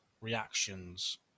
reactions